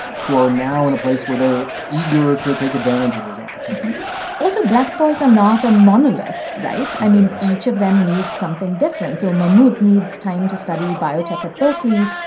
who are now in a place where they're eager to take advantage of those opportunities also, black boys are not a monolith. right? i mean, each of them needs something different. so mahmud needs time to study biotech at berkeley.